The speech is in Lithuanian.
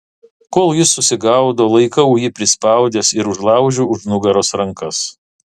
kol jis susigaudo laikau jį prispaudęs ir užlaužiu už nugaros rankas